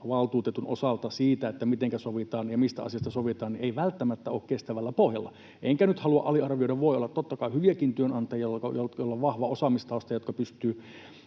luottamusvaltuutetun osalta siitä, mitenkä sovitaan ja mistä asiasta sovitaan. Se ei välttämättä ole kestävällä pohjalla. Enkä nyt halua aliarvioida. Voi olla, totta kai, hyviäkin työnantajia, joilla on vahva osaamistausta ja jotka pystyvät